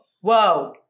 Whoa